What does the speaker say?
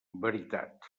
veritat